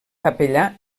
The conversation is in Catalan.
capellà